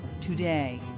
today